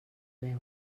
veu